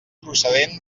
procedent